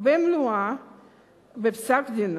במלואה בפסק-דינו.